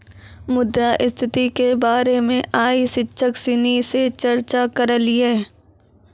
मुद्रा स्थिति के बारे मे आइ शिक्षक सिनी से चर्चा करलिए